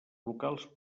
locals